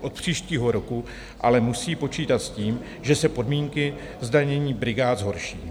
Od příštího roku ale musí počítat s tím, že se podmínky zdanění brigád zhorší.